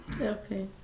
Okay